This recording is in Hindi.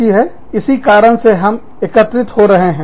ऐसी कारण हम इकट्ठा एकत्रित हो रहे हैं